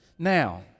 Now